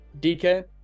DK